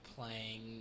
playing